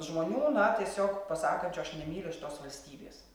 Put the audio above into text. žmonių na tiesiog pasakančių aš nemyliu šitos valstybės